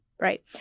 right